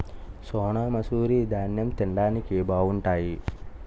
సోనామసూరి దాన్నెం తిండానికి బావుంటాయి